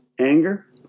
Anger